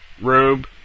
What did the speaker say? Rube